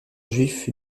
juif